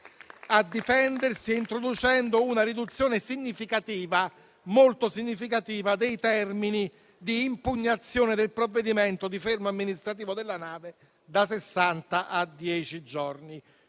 introducendo una riduzione significativa, molto significativa, dei termini di impugnazione del provvedimento di fermo amministrativo della nave da sessanta a dieci giorni.